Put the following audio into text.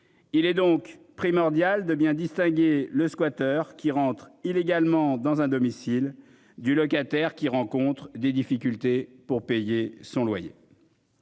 Il est donc primordial de bien distinguer le squatteur qui rentrent illégalement dans un domicile du locataire qui rencontrent des difficultés pour payer son loyer.